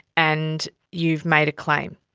and you've made a claim.